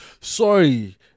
sorry